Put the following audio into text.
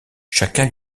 chacun